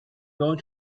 going